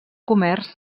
comerç